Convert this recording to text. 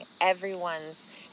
everyone's